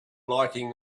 lighting